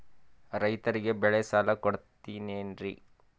ರೈತರಿಗೆ ಬೆಳೆ ಸಾಲ ಕೊಡ್ತಿರೇನ್ರಿ?